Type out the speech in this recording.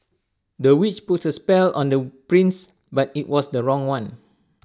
the witch put A spell on the prince but IT was the wrong one